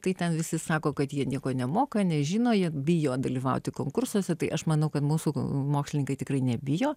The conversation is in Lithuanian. tai ten visi sako kad jie nieko nemoka nežino jie bijo dalyvauti konkursuose tai aš manau kad mūsų mokslininkai tikrai nebijo